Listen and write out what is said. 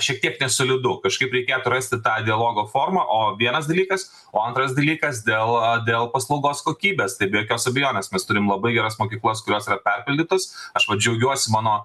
šiek tiek nesolidu kažkaip reikėtų atrasti tą dialogo formą o vienas dalykas o antras dalykas dėl dėl paslaugos kokybės tai be jokios abejonės mes turim labai geras mokyklas kurios yra perpildytos aš va džiaugiuosi mano